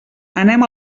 anem